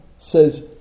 says